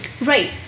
Right